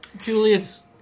Julius